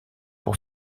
pour